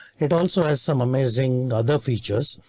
it also has some amazing other features.